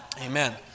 Amen